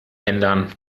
ändern